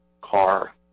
car